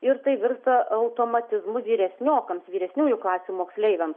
ir tai virsta automatizmu vyresniokams vyresniųjų klasių moksleiviams